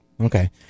Okay